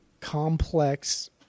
complex